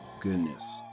goodness